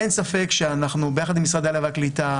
אין ספק שאנחנו ביחד עם משרד העלייה והקליטה,